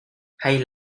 hay